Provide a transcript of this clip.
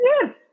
Yes